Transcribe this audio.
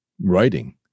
writing